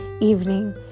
evening